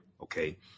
Okay